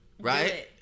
right